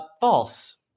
false